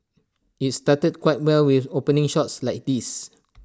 IT started quite well with opening shots like these